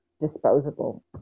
disposable